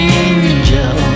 angel